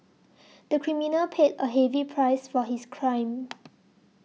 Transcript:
the criminal paid a heavy price for his crime